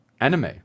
anime